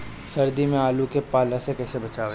सर्दी में आलू के पाला से कैसे बचावें?